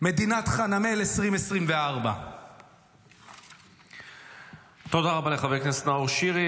מדינת חנמאל 2024. תודה רבה לחבר הכנסת נאור שירי.